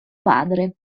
padre